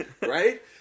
right